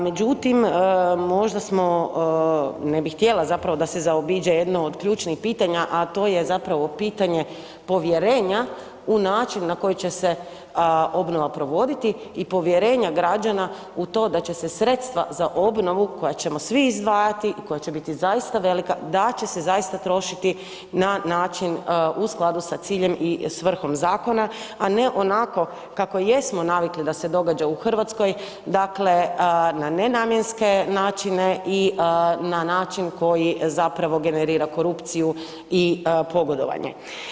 Međutim, možda smo, ne bih htjela da se zaobiđe jedno od ključnih pitanja, a to je pitanje povjerenja u način na koji će se obnova provoditi i povjerenja građana u to da će se sredstva za obnovu koja ćemo svi izdvajati i koja će biti zaista velika da će se zaista trošiti na način u skladu sa ciljem i svrhom zakona, a ne onako kako jesmo navikli da se događa u Hrvatskoj, na nenamjenske načine i na način koji generira korupciju i pogodovanje.